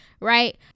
Right